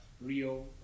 Rio